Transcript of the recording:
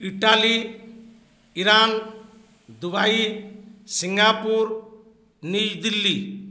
Italy Iran Dubai Singapore New Delhi